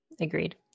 Agreed